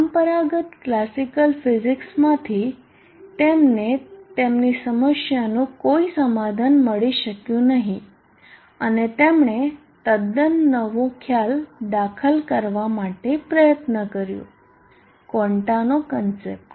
પરંપરાગત ક્લાસિકલ ફીઝિક્સમાંથી તેમને તેમની સમસ્યાનું કોઈ સમાધાન મળી શક્યું નહીં અને તેમણે તદ્દન નવો ખ્યાલ દાખલ કરવા માટે પ્રયત્ન કર્યો ક્વોન્ટાનો કન્સેપટ